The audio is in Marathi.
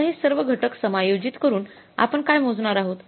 आता हे सर्व घटक समायोजित करून आपण काय मोजणार आहोत